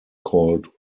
called